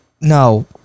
No